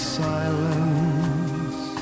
silence